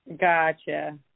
Gotcha